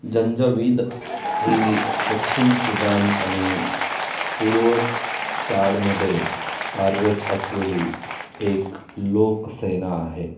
Janjaweed ही पश्चिम Sudan आणि पूर्व चाडमध्ये कार्यरत असलेली एक लोकसेना आहे